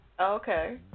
Okay